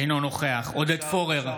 אינו נוכח עודד פורר,